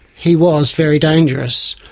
he was very dangerous.